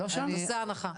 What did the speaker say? את עושה הנחה.